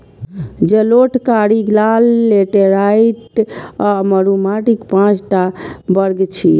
जलोढ़, कारी, लाल, लेटेराइट आ मरु माटिक पांच टा वर्ग छियै